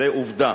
זאת עובדה,